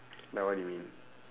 like what do you mean